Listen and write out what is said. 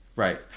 Right